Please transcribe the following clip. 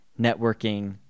networking